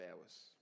hours